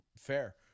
Fair